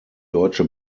deutsche